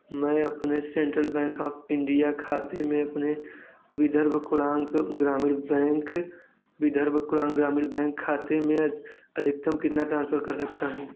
मैं अपने Central Bank of India खाते में अपने विदर्भ कोकण ग्रामीण बैंक विदर्भ कोकण ग्रामीण बैंक खाते में अधिकतम कितना ट्रांसफर कर सकता हूँ